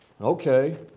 Okay